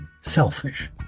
selfish